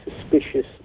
suspicious